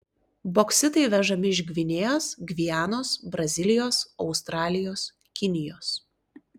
boksitai vežami iš gvinėjos gvianos brazilijos australijos kinijos